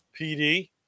pd